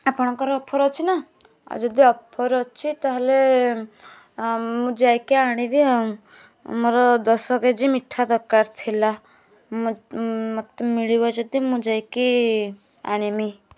ଆପଣଙ୍କର ଅଫର୍ ଅଛି ନା ଆଉ ଯଦି ଅଫର୍ ଅଛି ତା'ହେଲେ ମୁଁ ଯାଇକି ଆଣିବି ଆଉ ମୋର ଦଶ କେଜି ମିଠା ଦରକାର ଥିଲା ମୋତେ ମିଳିବ ଯଦି ମୁଁ ଯାଇକି ଆଣିବି